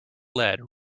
lead